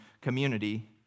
community